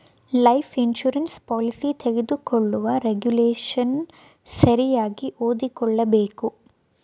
life insurance policy ತಗೊಳ್ಳುವಾಗ regulation ಸರಿಯಾಗಿ ಓದಿಕೊಳ್ಳಬೇಕು